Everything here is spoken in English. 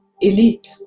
elite